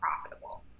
profitable